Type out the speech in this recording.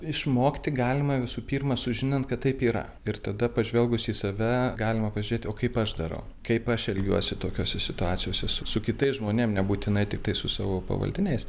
išmokti galima visų pirma sužinant kad taip yra ir tada pažvelgusi į save galima pažiūrėti kaip aš darau kaip aš elgiuosi tokiose situacijose su su kitais žmonėm nebūtinai tiktai su savo pavaldiniais